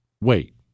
wait